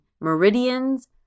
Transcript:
Meridians